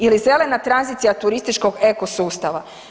Ili zelena tranzicija turističkog eko sustava.